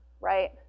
right